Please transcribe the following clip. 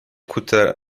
coûta